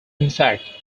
fact